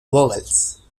vowels